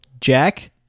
jack